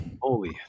Holy